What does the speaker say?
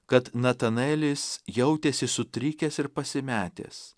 kad natanaelis jautėsi sutrikęs ir pasimetęs